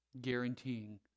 guaranteeing